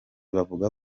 bavuga